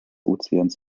ozeans